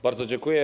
Bardzo dziękuję.